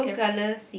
caf~